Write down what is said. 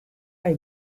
hay